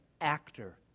actor